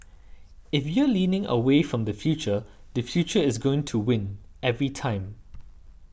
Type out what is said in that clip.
if you're leaning away from the future the future is gonna win every time